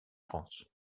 france